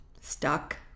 Stuck